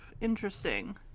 interesting